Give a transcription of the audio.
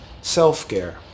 Self-care